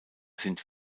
sind